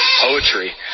poetry